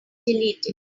deleted